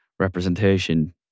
representation